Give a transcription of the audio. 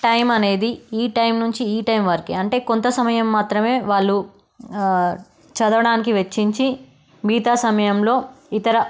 time అనేది ఈ time నుంచి ఈ టైం వరకే అంటే కొంత సమయం మాత్రమే వాళ్ళు చదవడానికి వెచ్చించి మిగతా సమయంలో ఇతర